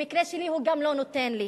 במקרה שלי הוא גם לא נותן לי.